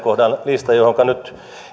kohdan lista johonka nyt